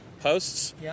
posts